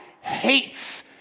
hates